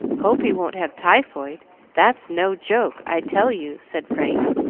hope he won't have typhoid that's no joke, i tell you, said frank,